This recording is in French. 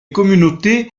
communautés